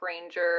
ranger